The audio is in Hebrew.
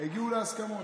הגיעו להסכמות.